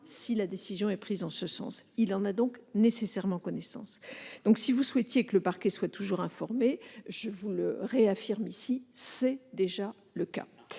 si la décision est prise en ce sens. Il en a donc nécessairement connaissance. Vous souhaitiez que le parquet soit toujours informé, mais, je vous le réaffirme ici, c'est déjà le cas.